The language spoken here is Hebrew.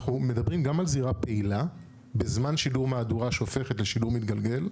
אנחנו מדברים גם על זירה פעילה בזמן שידור מהדורה שהופכת לשידור מתגלגל,